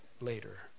later